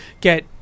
get